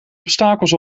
obstakels